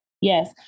Yes